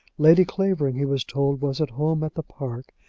lady clavering, he was told, was at home at the park,